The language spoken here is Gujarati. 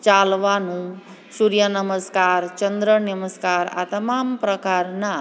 ચાલવાનું સુર્ય નમસ્કાર ચંદ્ર નમસ્કાર આ તમામ પ્રકારનાં